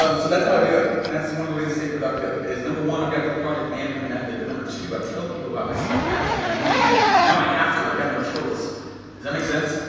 um so that's how i do it and that's one of the ways i stay productive is number one i've got a cool project management method but number two, i tell people about my stuff as i'm doing it now i have to, i've got no choice, does that make sense?